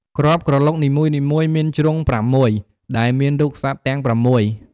គ្រាប់ក្រឡុកនីមួយៗមានជ្រុងប្រាំមួយ ដែលមានរូបសត្វទាំងប្រាំមួយ។